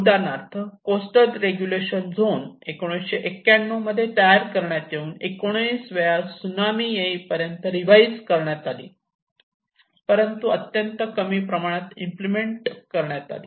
उदाहरणार्थ coastal regulation zone 1991 मध्ये तयार करण्यात येऊन 19 वेळा सुनामी येईपर्यंत रिवाईज करण्यात आली परंतु अत्यंत कमी प्रमाणात इम्प्लिमेंट करण्यात आली